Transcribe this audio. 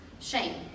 shame